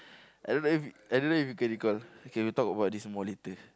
I don't know if you can recall okay we talk about this some more later